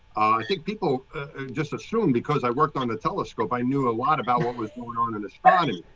i think people just assumed because i worked on the telescope, i knew a lot about what was going on in this